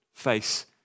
face